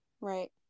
Right